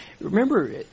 remember